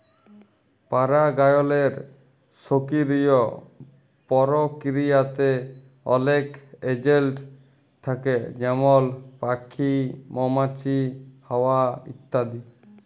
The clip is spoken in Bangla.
পারাগায়লের সকিরিয় পরকিরিয়াতে অলেক এজেলট থ্যাকে যেমল প্যাখি, মমাছি, হাওয়া ইত্যাদি